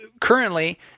currently